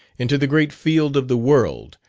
into the great field of the world,